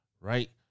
right